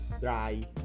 dry